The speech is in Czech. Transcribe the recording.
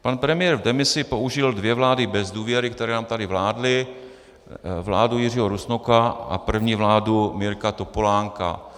Pan premiér v demisi použil dvě vlády bez důvěry, které nám tady vládly, vládu Jiřího Rusnoka a první vládu Mirka Topolánka.